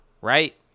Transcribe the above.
right